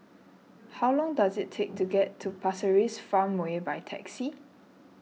how long does it take to get to Pasir Ris Farmway by taxi